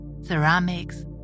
Ceramics